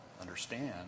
understand